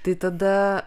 tai tada